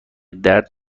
درد